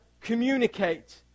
communicate